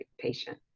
patient